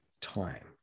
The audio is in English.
time